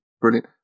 brilliant